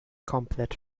komplett